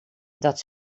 dat